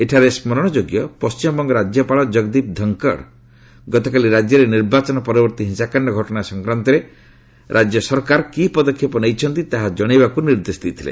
ଏଠାରେ ସ୍କରଣଯୋଗ୍ୟ ପଣ୍ଠିମବଙ୍ଗ ରାଜ୍ୟପାଳ କଗଦୀପ ଧନଖଡ ଗତକାଲି ରାଜ୍ୟରେ ନିର୍ବାଚନ ପରବର୍ତ୍ତୀ ହିଂସାକାଣ୍ଡ ଘଟଣା ସଂକ୍ରାନ୍ତରେ ରାଜ୍ୟ ସରକାର କି ପଦକ୍ଷେପ ନେଇଛନ୍ତି ତାହା କଶାଇବାକୁ ନିର୍ଦ୍ଦେଶ ଦେଇଥିଲେ